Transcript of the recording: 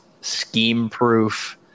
scheme-proof